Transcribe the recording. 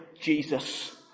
Jesus